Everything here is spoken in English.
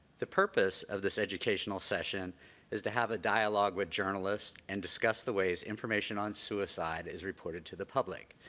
the purpose of this educational session is to have a dialogue with journalists and discuss the ways information on suicide is reported to the public.